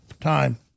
time